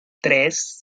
tres